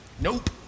nope